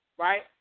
right